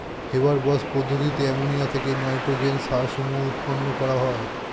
Haber Bosch পদ্ধতিতে ammonia থেকে nitrogen সার সমূহ উৎপন্ন করা হয়